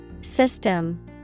System